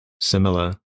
similar